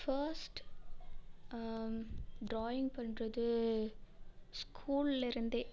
first drawing பண்றது ஸ்கூல்லிருந்தே